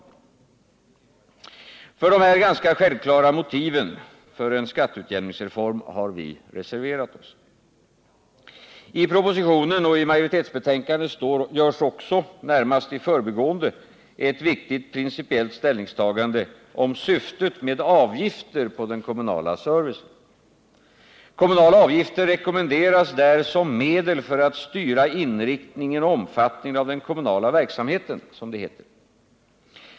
För dessa ganska självklara motiv för en skatteutjämningsreform har vi reserverat oss. I propositionen och i majoritetsbetänkandet görs också, närmast i förbigående, ett viktigt principiellt ställningstagande om syftet med avgifter för den kommunala servicen. Kommunala avgifter rekommenderas där såsom medel för att styra inriktningen och omfattningen av den kommunala verksamheten.